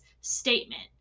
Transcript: statement